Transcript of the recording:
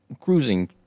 cruising